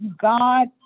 God